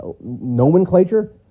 Nomenclature